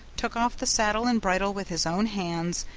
took off the saddle and bridle with his own hands,